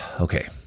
Okay